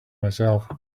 myself